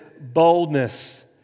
boldness